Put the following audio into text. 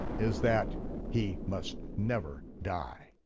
is that he must never die.